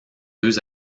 deux